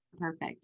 perfect